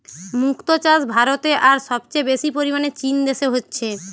মুক্তো চাষ ভারতে আর সবচেয়ে বেশি পরিমাণে চীন দেশে হচ্ছে